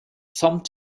some